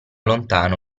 lontano